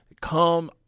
come